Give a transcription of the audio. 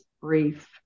brief